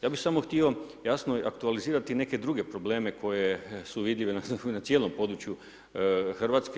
Ja bih samo htio, jasno je, aktualizirati neke druge probleme koje su vidljive na cijelom području RH.